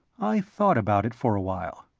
i thought about it for a while.